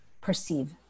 perceive